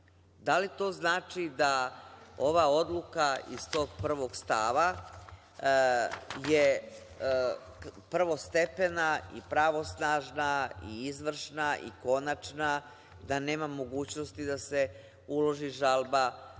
Da li to znači da ova odluka iz tog prvog stava je prvostepena i pravosnažna i izvršna i konačna, da nema mogućnosti da se uloži žalba na